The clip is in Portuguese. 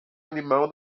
animal